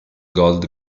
gold